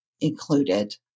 included